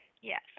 yes